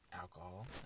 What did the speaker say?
alcohol